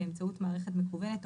באמצעות מערכת מקוונת,